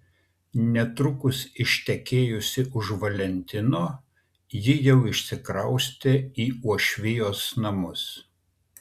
netrukus ištekėjusi už valentino ji jau išsikraustė į uošvijos namus